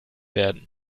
werden